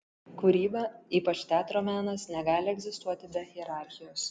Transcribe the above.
kūryba ypač teatro menas negali egzistuoti be hierarchijos